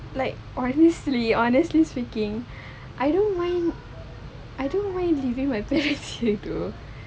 like honestly honesly speaking I don't mind leaving my parents gitu